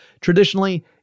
Traditionally